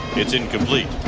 let's incomplete.